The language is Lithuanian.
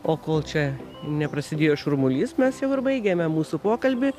o kol čia neprasidėjo šurmulys mes jau ir baigiame mūsų pokalbį